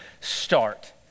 start